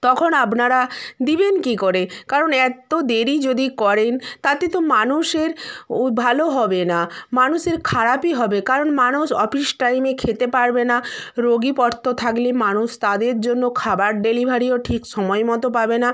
তখন আপনারা দিবেন কী করে কারণ এত দেরি যদি করেন তাতে তো মানুষের ও ভালো হবে না মানুষের খারাপই হবে কারণ মানুষ অফিস টাইমে খেতে পারবে না রোগী পরতো থাকলে মানুষ তাদের জন্য খাবার ডেলিভারিও ঠিক সময় মতো পাবে না